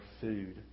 food